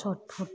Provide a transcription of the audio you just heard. চৰ্টফুট